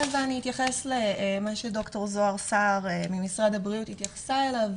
ואני אתייחס למה שד"ר זהר סהר ממשרד הבריאות התייחסה אליו,